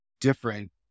different